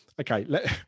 okay